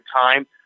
time